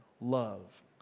love